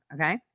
okay